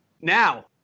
Now